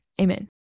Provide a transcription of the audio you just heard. Amen